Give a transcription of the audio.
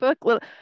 book